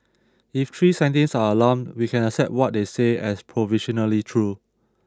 if three scientists are alarmed we can accept what they say as provisionally true